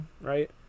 right